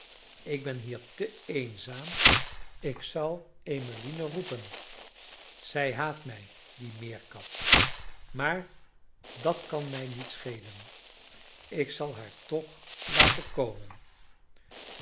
ik ben hier te eenzaam ik zal em roepen zij haat mij die meerkat maar dat kan mij niet schelen ik zal haar toch laten komen